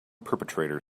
perpetrator